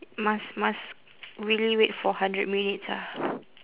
must must really wait for hundred minutes ah